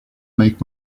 make